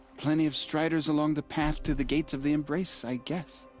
plenty of striders along the path to the gates of the embrace. i guess.